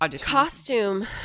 costume